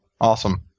Awesome